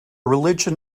religion